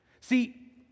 See